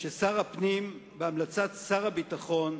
ששר הפנים, בהמלצת שר הביטחון,